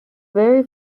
very